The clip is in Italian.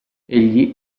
egli